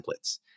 templates